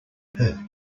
heard